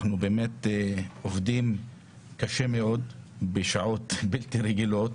אנחנו עובדים קשה מאוד ובשעות בלתי-רגילות